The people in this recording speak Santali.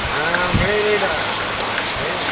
ᱦᱮᱸ ᱢᱟᱺᱡᱷᱤ ᱦᱟᱲᱟᱢᱤᱧ ᱞᱟᱹᱭᱮᱫᱟ ᱞᱟᱹᱭ ᱢᱮ